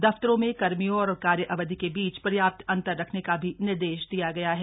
दफ्तरों में कर्मियों और कार्य अवधि के बीच पर्याप्त अंतर रखने का भी निर्देश दिया गया है